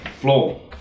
floor